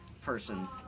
person